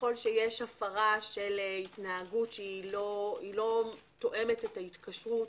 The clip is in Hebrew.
ככל שיש הפרה של התנהגות שלא תואמת את ההתקשרות,